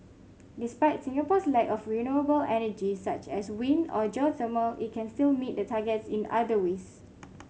despite Singapore's lack of renewable energy such as wind or geothermal it can still meet the targets in other ways